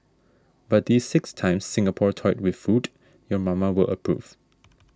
but these six times Singapore toyed with food your mama will approve